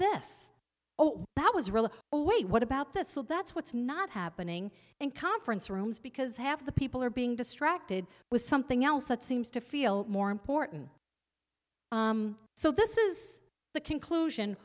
this that was really a way what about the so that's what's not happening in conference rooms because half the people are being distracted with something else that seems to feel more important so this is the conclusion